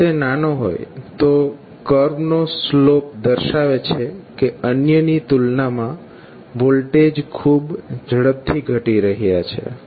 જો તે નાનો હોય તો કર્વ નો સ્લોપ દર્શાવે છે કે અન્યની તુલનામાં વોલ્ટેજ ખૂબ ઝડપથી ઘટી રહયા છે